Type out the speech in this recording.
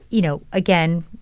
you know, again,